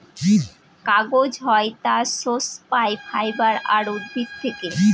কাগজ হয় তার সোর্স পাই ফাইবার আর উদ্ভিদ থেকে